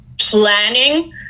planning